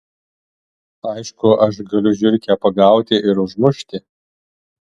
aišku aš galiu žiurkę pagauti ir užmušti